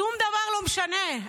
שום דבר לא משנה.